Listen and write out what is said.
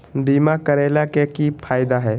बीमा करैला के की फायदा है?